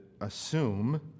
assume